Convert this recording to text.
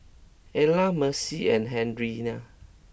Elza Mercy and Henery